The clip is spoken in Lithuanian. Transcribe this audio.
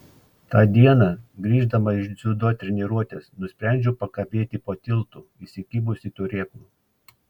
tą dieną grįždama iš dziudo treniruotės nusprendžiau pakabėti po tiltu įsikibusi turėklų